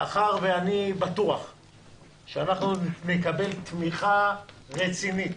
מאחר ואני בטוח שאנחנו נקבל תמיכה רצינית